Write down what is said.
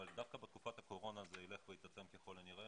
אבל דווקא בתקופת הקורונה זה יילך ויתעצם ככל הנראה